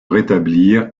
rétablir